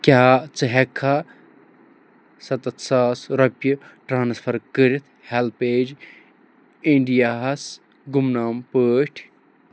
کیٛاہ ژٕ ہٮ۪کہٕ کھا سَتَتھ ساس رۄپیہِ ٹرٛانسفَر کٔرِتھ ہٮ۪لپیج اِنٛڈیاہَس گُمنام پٲٹھۍ